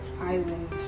island